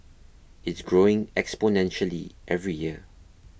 it's growing exponentially every year